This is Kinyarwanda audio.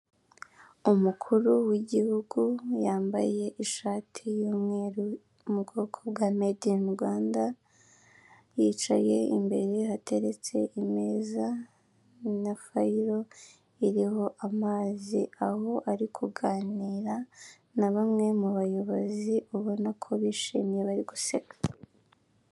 Umukuru w'igihugu yambaye ishati y'umweru iri mu bwoko bwa medinirwanda, yicaye imbere hateretse imeza na fayiro iriho amazi aho ari kuganira na bamwe mubayobozi ubona ko bishimye bari guseka.